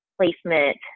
placement